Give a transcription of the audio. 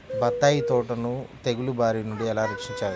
బత్తాయి తోటను తెగులు బారి నుండి ఎలా రక్షించాలి?